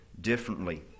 differently